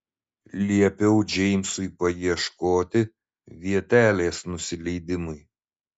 liepiau džeimsui paieškoti vietelės nusileidimui